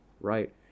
right